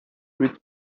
with